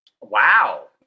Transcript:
Wow